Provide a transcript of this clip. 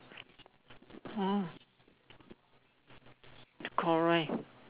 oh correct